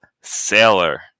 sailor